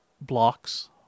blocks